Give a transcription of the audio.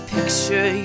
Picture